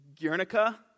Guernica